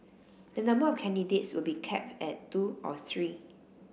the number of candidates will be capped at two or three